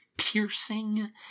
Piercing